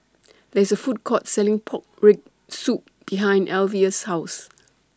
There IS A Food Court Selling Pork Rib Soup behind Alvia's House